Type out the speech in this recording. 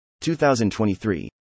2023